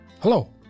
Hello